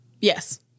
Yes